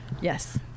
Yes